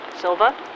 Silva